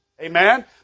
Amen